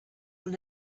will